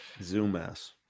Zoomass